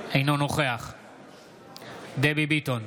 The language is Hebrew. אינו נוכח דבי ביטון,